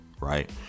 Right